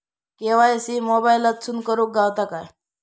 KYC मोबाईलातसून करुक गावता काय?